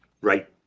Right